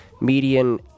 median